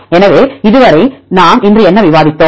எனவே இதுவரை நாம் இன்று என்ன விவாதித்தோம்